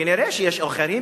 כנראה שיש עורכי-דין,